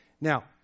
Now